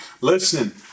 Listen